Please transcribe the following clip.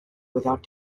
without